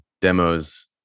demos